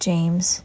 James